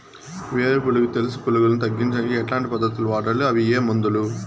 వేరు పులుగు తెలుసు పులుగులను తగ్గించేకి ఎట్లాంటి పద్ధతులు వాడాలి? అవి ఏ మందులు?